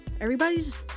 everybody's